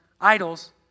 idols